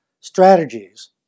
strategies